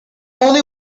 only